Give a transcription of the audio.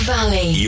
Valley